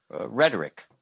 rhetoric